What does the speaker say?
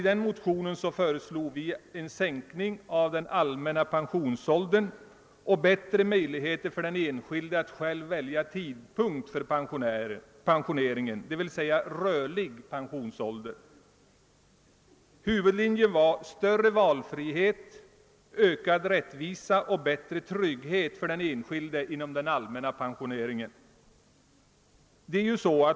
I motionen föreslår vi en sänkning av den allmänna pensionsåldern och bättre möjligheter för den enskilde att själv välja tidpunkt för pensioneringen, d.v.s. rörlig pensionsålder. Huvudlinjen var större valfrihet, ökad rättvisa och bättre trygghet för den enskilde inom den allmänna pensioneringen.